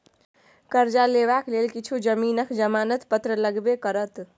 करजा लेबाक लेल किछु जमीनक जमानत पत्र लगबे करत